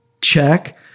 Check